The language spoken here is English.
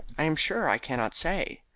i am sure i cannot say.